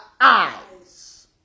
eyes